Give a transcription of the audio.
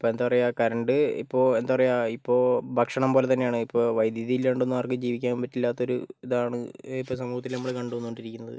ഇപ്പോൾ എന്താ പറയുക കറണ്ട് ഇപ്പോൾ എന്താ പറയുക ഇപ്പോൾ ഭക്ഷണം പോലെ തന്നെയാണ് ഇപ്പോൾ വൈദ്യുതി ഇല്ലാണ്ടൊന്നും ആർക്കും ജീവിക്കാൻ പറ്റില്ലാത്തൊരു ഇതാണ് ഇപ്പോൾ സമൂഹത്തിൽ നമ്മൾ കണ്ടു വന്നുകൊണ്ടിരിക്കുന്നത്